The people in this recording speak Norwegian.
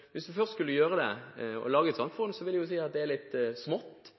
Hvis vi først skulle gjøre det, lage et sånt fond, vil jeg si at det er litt smått,